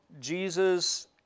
jesus